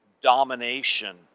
domination